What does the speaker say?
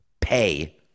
pay